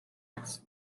its